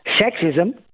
sexism